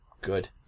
Good